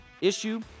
issue